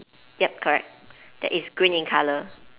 yup correct that is green in colour